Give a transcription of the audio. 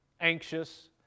anxious